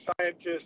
scientists